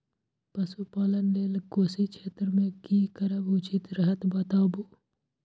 पशुपालन लेल कोशी क्षेत्र मे की करब उचित रहत बताबू?